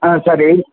ஆ சரி